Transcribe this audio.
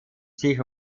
sich